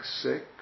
sick